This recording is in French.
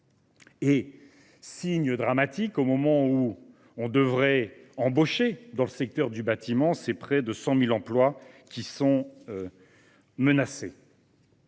Signe dramatique, au moment où il faudrait embaucher dans le secteur du bâtiment, près de 100 000 emplois sont menacés.